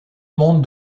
monde